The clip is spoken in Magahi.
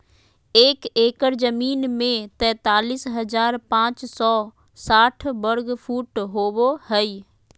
एक एकड़ जमीन में तैंतालीस हजार पांच सौ साठ वर्ग फुट होबो हइ